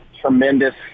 tremendous